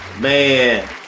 Man